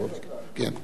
תודה.